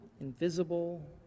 invisible